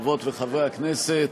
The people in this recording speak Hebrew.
חברות וחברי הכנסת,